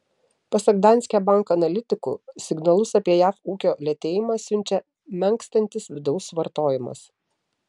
pasak danske bank analitikų signalus apie jav ūkio lėtėjimą siunčia menkstantis vidaus vartojimas